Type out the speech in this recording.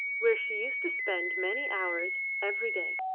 where she used to spend many hours every day.